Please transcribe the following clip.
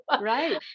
right